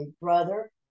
brother